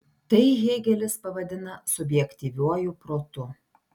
tai hėgelis pavadina subjektyviuoju protu